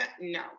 no